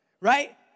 right